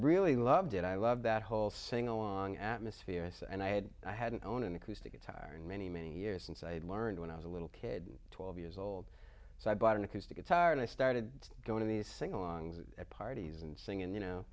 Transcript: really loved it i loved that whole sing along atmosphere ice and i had i hadn't known an acoustic guitar in many many years since i had learned when i was a little kid twelve years old so i bought an acoustic guitar and i started going to the singalongs at parties and sing and you know